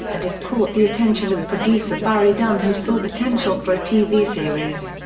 and it caught the attention of producer barrie dunn who saw potential for a tv series.